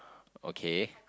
okay